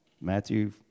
Matthew